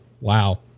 Wow